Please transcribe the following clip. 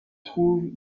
trouve